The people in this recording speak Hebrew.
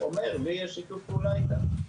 אומר שלי יש שיתוף פעולה איתם.